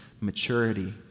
maturity